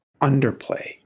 underplay